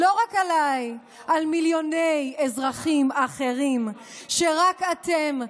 ולא רק עליי, על מיליוני אזרחים אחרים, שרק אתם,